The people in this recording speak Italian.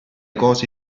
cose